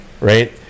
right